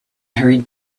hurried